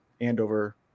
Andover